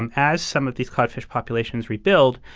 and as some of these cod fish populations rebuild,